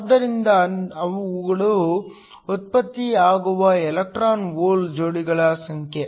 ಆದ್ದರಿಂದ ಇವುಗಳು ಉತ್ಪತ್ತಿಯಾಗುವ ಎಲೆಕ್ಟ್ರಾನ್ ಹೋಲ್ ಜೋಡಿಗಳ ಸಂಖ್ಯೆ